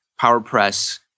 PowerPress